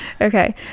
Okay